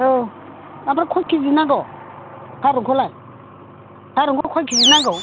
औ ओमफ्राय खय खेजि नांगौ थारुनखौलाय थारुनखौ खय खिजि नांगौ